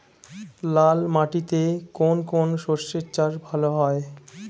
লাল মাটিতে কোন কোন শস্যের চাষ ভালো হয়?